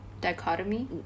dichotomy